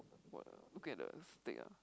for the look at the stake ah